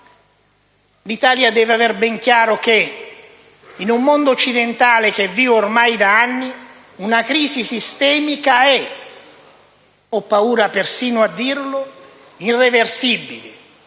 L'Italia deve avere ben chiaro che, in un mondo occidentale che vive ormai da anni una crisi sistemica e - ho paura persino a dirlo - irreversibile,